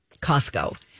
Costco